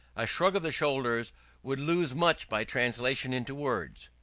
a shrug of the shoulders would lose much by translation into words.